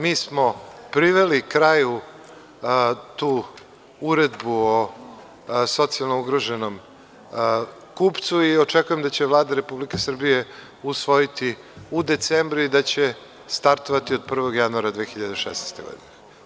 Mi smo priveli kraju tu uredbu o socijalno ugroženom kupcu i očekujem da će Vlada Republike Srbije usvojiti u decembru i da će startovati od 1. januara 2016. godine.